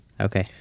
Okay